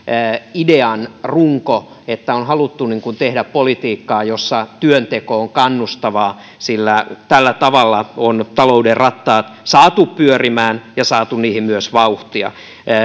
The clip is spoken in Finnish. idean runko että on haluttu tehdä politiikkaa jossa työnteko on kannustavaa sillä tällä tavalla on talouden rattaat saatu pyörimään ja saatu niihin myös vauhtia